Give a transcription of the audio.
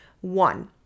One